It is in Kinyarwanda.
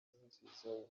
nkurunziza